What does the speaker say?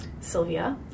Sylvia